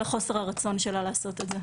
אלא חוסר הרצון שלה לעשות את זה.